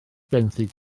benthyg